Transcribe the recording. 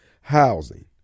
Housing